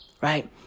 Right